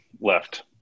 left